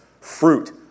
fruit